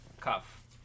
Cuff